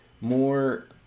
more